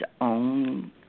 own